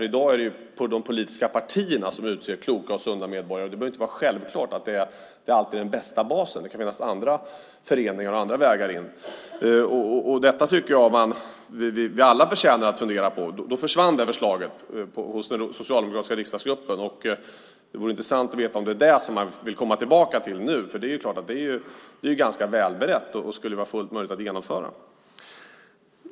I dag är det de politiska partierna som utser kloka och sunda medborgare. Det behöver ju inte vara självklart att det alltid är den bästa basen. Det kan finnas andra föreningar och andra vägar in. Detta tycker jag att vi alla borde fundera på. Det här förslaget försvann hos den socialdemokratiska riksdagsgruppen. Det vore intressant att veta om det är detta som man nu vill komma tillbaka till. Det är ju klart att det är ganska välberett och skulle vara fullt möjligt att genomföra.